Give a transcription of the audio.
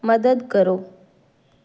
ਮਦਦ ਕਰੋ